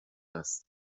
است